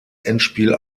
endspiel